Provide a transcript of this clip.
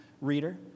reader